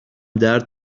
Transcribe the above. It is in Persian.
درد